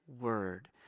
word